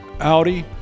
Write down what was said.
Audi